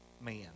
man